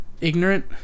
ignorant